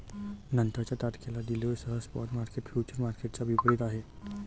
नंतरच्या तारखेला डिलिव्हरीसह स्पॉट मार्केट फ्युचर्स मार्केटच्या विपरीत आहे